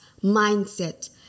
mindset